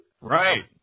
Right